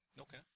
okay